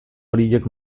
horiek